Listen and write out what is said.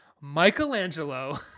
Michelangelo